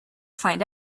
find